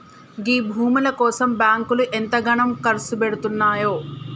గీ భూముల కోసం బాంకులు ఎంతగనం కర్సుపెడ్తున్నయో